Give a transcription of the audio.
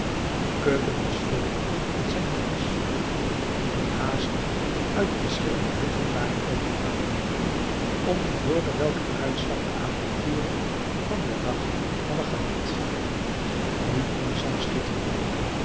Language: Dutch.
de keuken was vol van zijne makkers die haastig uit de verschillende hutten waren komen aanloopen om te hooren welken uitslag de avonturen van den dag hadden gehad nu kon sam schitteren